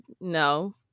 No